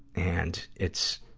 and it's,